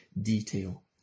detail